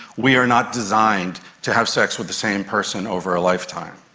we are not designed to have sex with the same person over a lifetime.